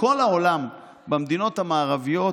בכל העולם, במדינות המערביות